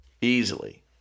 Easily